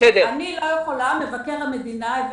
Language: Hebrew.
אני לא יכולה, מבקר המדינה.